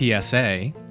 PSA